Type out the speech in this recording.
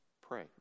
pray